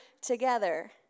together